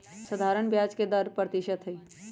सधारण ब्याज के दर आठ परतिशत हई